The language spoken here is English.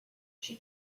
she